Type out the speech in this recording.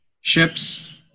ships